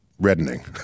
reddening